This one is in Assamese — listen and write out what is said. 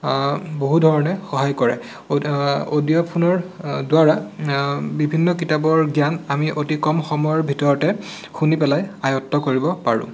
বহুধৰণে সহায় কৰে অডিঅ' ফোনৰ দ্বাৰা বিভিন্ন কিতাপৰ জ্ঞান আমি অতি কম সময়ৰ ভিতৰতে শুনি পেলাই আয়ত্ত্ব কৰিব পাৰোঁ